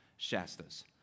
Shastas